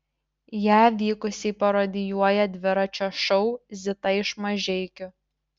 ją vykusiai parodijuoja dviračio šou zita iš mažeikių